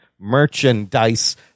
merchandise